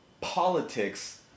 politics